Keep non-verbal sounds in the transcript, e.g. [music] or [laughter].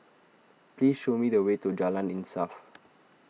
please show me the way to Jalan Insaf [noise]